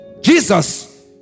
Jesus